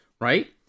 right